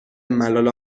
ملال